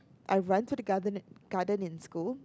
I run to the garden garden in school